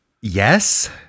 Yes